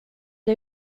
det